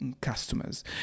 customers